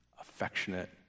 affectionate